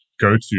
go-to